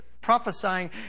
prophesying